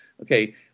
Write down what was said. okay